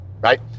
right